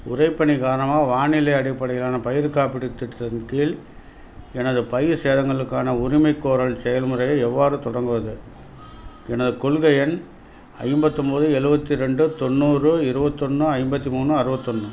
உறைபனி காரணமாக வானிலை அடிப்படையிலான பயிர் காப்பீட்டுத் திட்டத்தின் கீழ் எனது பயிர் சேதங்களுக்கான உரிமைகோரல் செயல்முறையை எவ்வாறு தொடங்குவது எனது கொள்கை எண் ஐம்பத்தொம்பது எழுவத்தி ரெண்டு தொண்ணூறு இருபத்தொன்னு ஐம்பத்தி மூணு அறுபத்தொன்னு